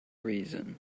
reason